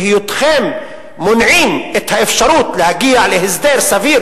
בהיותכם מונעים את האפשרות להגיע להסדר סביר